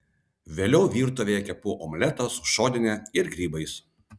vėliau virtuvėje kepu omletą su šonine ir grybais